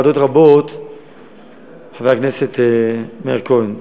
חבר הכנסת מאיר כהן,